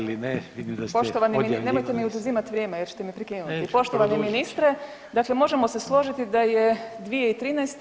Molim? [[Upadica: Rekao sam da ste se malo dvoumili da li da ili ne.]] poštovani [[Upadica: Vidim da odjavljivali se.]] /nerazumljivo/... nemojte mi oduzimati vrijeme jer ćete me prekinuti [[Upadica: Produžit će.]] Poštovani ministre, dakle možemo se složiti da je 2013.